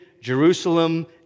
Jerusalem